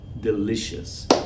delicious